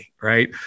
right